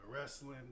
wrestling